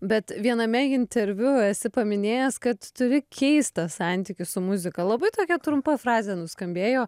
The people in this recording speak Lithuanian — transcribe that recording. bet viename interviu esi paminėjęs kad turi keistą santykį su muzika labai tokia trumpa frazė nuskambėjo